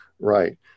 Right